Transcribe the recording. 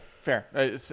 fair